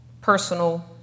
personal